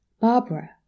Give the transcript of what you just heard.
Barbara